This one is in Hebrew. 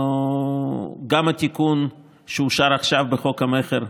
גם התיקון שאושר עכשיו בחוק המכר,